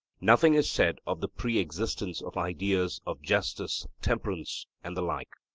nothing is said of the pre-existence of ideas of justice, temperance, and the like.